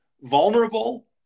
vulnerable